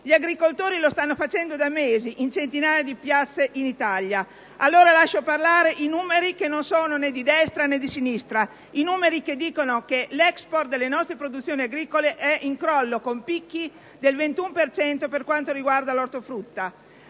Gli agricoltori lo stanno facendo da mesi in centinaia di piazze in Italia. Allora lascio parlare i numeri, che non sono né di destra né di sinistra: i numeri evidenziano che l'*export* delle nostre produzioni agricole è in crollo, con picchi di meno 21 per cento per quanto riguarda l'ortofrutta,